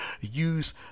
Use